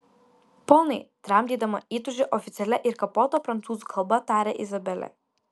ponai tramdydama įtūžį oficialia ir kapota prancūzų kalba tarė izabelė